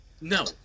No